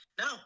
no